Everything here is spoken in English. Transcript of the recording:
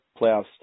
playoffs